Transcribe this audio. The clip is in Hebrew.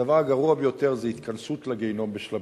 הדבר הגרוע ביותר זה התכנסות לגיהינום בשלבים.